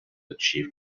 achieve